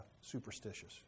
superstitious